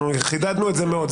חידדנו את זה מאוד.